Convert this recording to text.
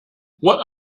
what